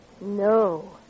No